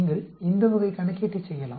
நீங்கள் இந்த வகை கணக்கீட்டை செய்யலாம்